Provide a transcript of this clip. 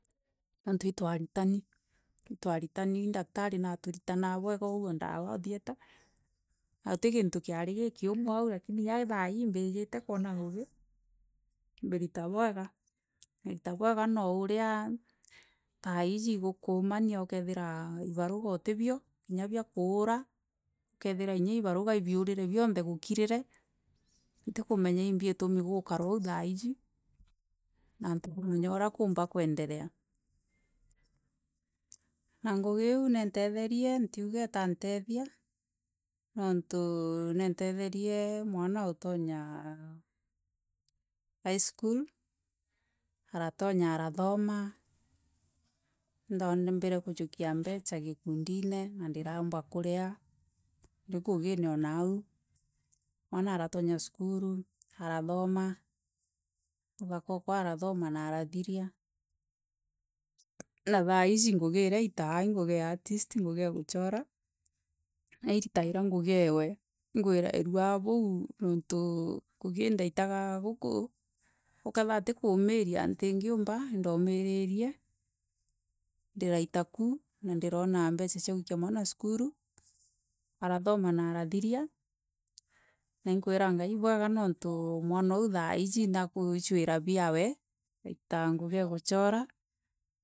Onrû I twarirani ndaktari narûritanaa bweya oû o ndawa o thieta gûti kintû kiari gikijûmo lakini thaii mbijire koona o thieta gûsti kinrû kiari gikiûmo lakini kinaya thaii mbijire koona ngûgi mirira bwega mirita bwega no ûrea thaisi gûkûmania ûkethira ibaroga ûtibio kinya bia kûûra ûkethiira ibarûga biûrire bionthe giûkirire ntikûmenya nimbi itûmi gakara oû thaisi na ntamenya ûra kûjimba kwenderea na ngûgi iû nanrethererie ntiûga itanethia nontû nianretherie mwana aûtonya high school aratonya arathoma mûthaka okwa orathoma arathiria na thaisi ngûgi ita aritaa I ngûgi ya artist ngûgi ya gûchora nairiraira ngûgi yawe ingwirairija boû nontû ngûgi ndairaga gûkû kethira ti kûûmiria ntikiûmba indaûmirire ndiraira kûû ndirona mbecca cia wikia mwana cûkûrûû, arathoma na arathira na inkwira ngai ibwega nontû mwana oû thaisi magwichiwira biagwe altaga ngûgi e gûchora, ndi mûgeni iko ndakiraga nontû i gûntû ntaari ndi kûrira ngûgi kairi, ndireja.